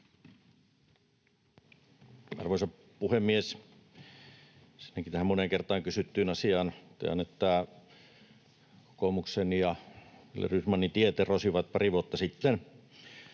Ensinnäkin tähän moneen kertaan kysyttyyn asiaan totean, että kokoomuksen ja Wille Rydmanin tiet erosivat pari vuotta sitten.